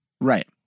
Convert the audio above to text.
Right